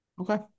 Okay